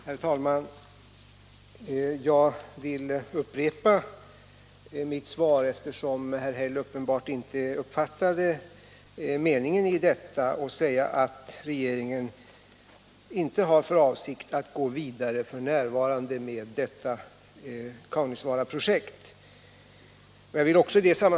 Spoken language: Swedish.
Herr talman! Jag vill upprepa vad jag sagt i mitt svar, eftersom herr Häll uppenbarligen inte uppfattat meningen i det, nämligen att regeringen inte har för avsikt att f. n. gå vidare med detta Kaunisvaaraprojekt.